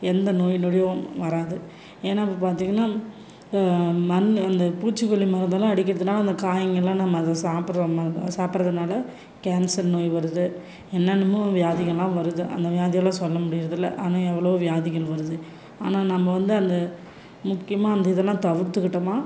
எந்த நோய் நொடியும் வராது ஏன்னா இப்போது பார்த்தீங்கன்னா இந்த மண் அந்த பூச்சிக்கொல்லி மருந்தெல்லாம் அடிக்கிறதுனால அந்த காய்ங்க எல்லாம் நம்ம அதை சாப்பிட்றோம்னா சாப்பிட்றதுனால கேன்சர் நோய் வருது என்னென்னமோ வியாதிங்கள்லாம் வருது அந்த மாதிரிலாம் சொல்ல முடியாதுல்ல ஆனால் எவ்வளோ வியாதிகள் வருது ஆனால் நம்ம வந்து அந்த முக்கியமாக அந்த இதெல்லாம் தவிர்த்துக்கிட்டோம்னா